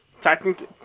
Technically